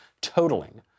totaling